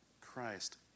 Christ